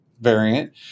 variant